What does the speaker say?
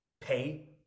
pay